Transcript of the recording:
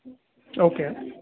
okay